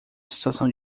estação